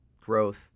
growth